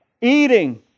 Eating